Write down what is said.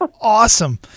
awesome